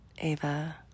ava